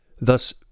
Thus